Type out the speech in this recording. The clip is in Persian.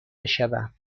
بشوم